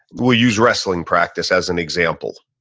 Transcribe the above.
we'll use wrestling practice as an example.